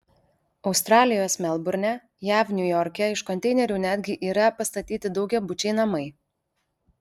australijos melburne jav niujorke iš konteinerių netgi yra pastatyti daugiabučiai namai